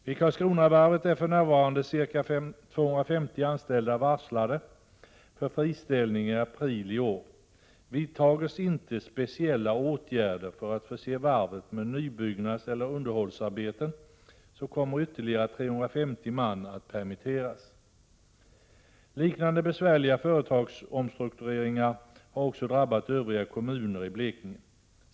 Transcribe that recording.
Vid Karlskronavarvet är för närvarande ca 250 anställda varslade för friställning i april i år. Vidtas inte speciella åtgärder för att förse varvet med nybyggnadseller underhållsarbete, kommer ytterligare 350 man att permitteras. Liknande besvärliga företagsomstruktureringar har också drabbat övriga kommuner i Blekinge.